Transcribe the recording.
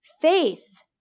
Faith